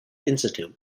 institute